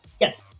Yes